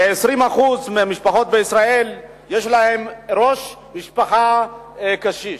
לכ-20% מהמשפחות בישראל יש ראש משפחה קשיש.